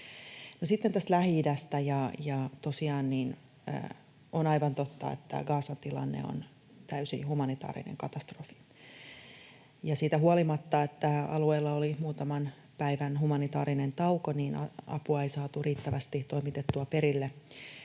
sitten tästä Lähi-idästä. Tosiaan, on aivan totta, että Gazan tilanne on täysin humanitaarinen katastrofi. Siitä huolimatta, että alueella oli muutaman päivän humanitaarinen tauko, apua ei saatu riittävästi toimitettua perille.